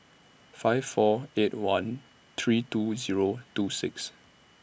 five four eight one three two Zero two six